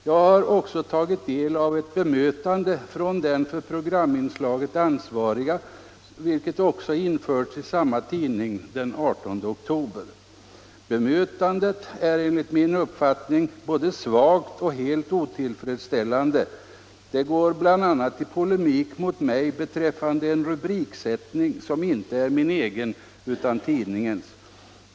Jag har också tagit del av det bemötande från den för programinslaget ansvariga vilket också införts i samma tidning, den 18 oktober. Bemötandet är enligt min uppfattning både svagt och helt otillfredsställande. Det går bl.a. i polemik mot mig beträffande en rubriksättning som inte är min egen utan tidningens.